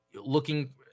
looking